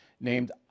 named